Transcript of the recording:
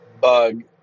bug